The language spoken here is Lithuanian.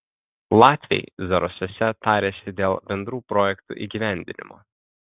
latviai zarasuose tarėsi dėl bendrų projektų įgyvendinimo